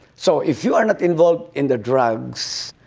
so if you are not involved in the drugs,